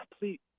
please